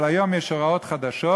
אבל היום יש הוראות חדשות,